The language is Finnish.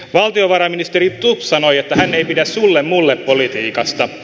valtiovarainministeri stubb sanoi että hän ei pidä sullemulle politiikasta